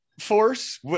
force